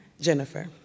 Jennifer